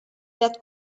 that